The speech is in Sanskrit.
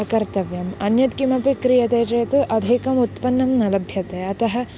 कर्तव्यम् अन्यत् किमपि क्रियते चेत् अधिकम् उत्पन्नं न लभ्यते अतः